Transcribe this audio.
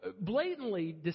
blatantly